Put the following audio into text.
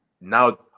now